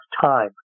time